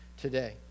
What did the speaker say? today